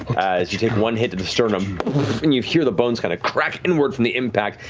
as you take one hit to the sternum, and you hear the bones kind of crack inward from the impact,